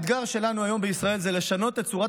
האתגר שלנו היום בישראל זה לשנות את צורת